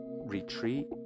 retreat